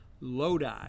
Lodi